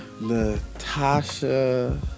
Natasha